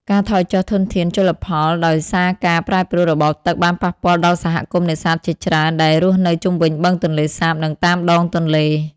ការថយចុះធនធានជលផលដោយសារការប្រែប្រួលរបបទឹក បានប៉ះពាល់ដល់សហគមន៍នេសាទជាច្រើនដែលរស់នៅជុំវិញបឹងទន្លេសាប និងតាមដងទន្លេ។